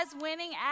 winning